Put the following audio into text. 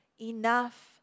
enough